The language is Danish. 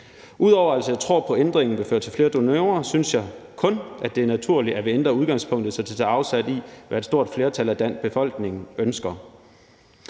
Ud over at jeg tror på, at ændringen vil føre til flere donorer, synes jeg kun, det er naturligt, at vi ændrer udgangspunktet, så det tager afsæt i, hvad et stort flertal af den danske befolkning ønsker.